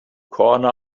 corner